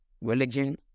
religion